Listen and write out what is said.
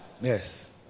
yes